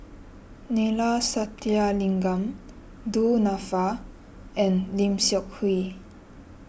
Neila Sathyalingam Du Nanfa and Lim Seok Hui